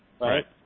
right